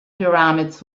pyramids